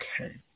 Okay